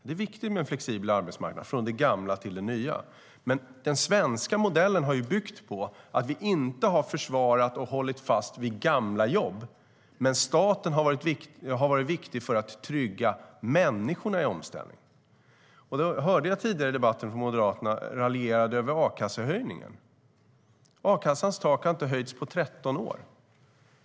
Det är viktigt med en flexibel arbetsmarknad, från det gamla till det nya. Den svenska modellen har byggt på att vi inte har försvarat och hållit fast vid gamla jobb. Men staten har varit viktig för att trygga människorna i omställningen. Jag hörde tidigare i debatten hur Moderaterna raljerade över a-kassehöjningen. A-kassans tak har inte höjts på 13 år.